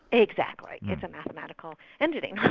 exactly, it's a mathematical entity,